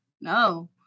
no